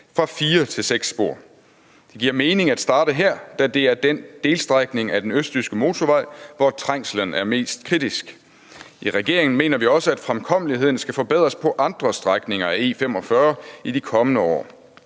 fra 4 til 6 spor. Det giver mening at starte her, da det er den delstrækning af den østjyske motorvej, hvor trængslen er mest kritisk. I regeringen mener vi også, at fremkommeligheden skal forbedres på andre strækninger af E45 i de kommende år.